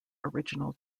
original